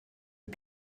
die